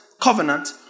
covenant